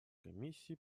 комиссии